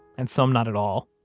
and some not at all.